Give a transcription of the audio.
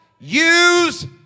Use